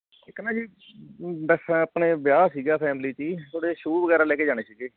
ਇੱਕ ਨਾ ਜੀ ਦਸ ਆਪਣੇ ਵਿਆਹ ਸੀਗਾ ਫੈਮਿਲੀ 'ਚ ਜੀ ਉਹਦੇ ਸ਼ੁ ਵਗੈਰਾ ਲੈ ਕੇ ਜਾਣੇ ਸੀਗੇ